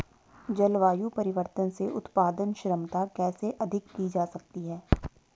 जलवायु परिवर्तन से उत्पादन क्षमता कैसे अधिक की जा सकती है?